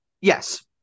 Yes